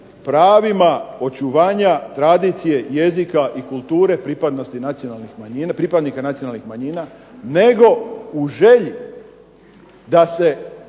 pravima očuvanja tradicije, jezika i kulture pripadnika nacionalnih manjina nego u želji da se